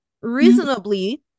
reasonably